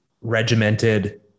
regimented